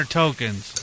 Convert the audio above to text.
tokens